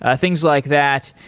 ah things like that.